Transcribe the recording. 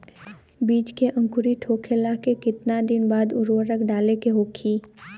बिज के अंकुरित होखेला के कितना दिन बाद उर्वरक डाले के होखि?